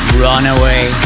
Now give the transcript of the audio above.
Runaway